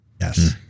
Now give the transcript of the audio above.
Yes